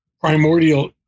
primordial